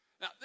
Now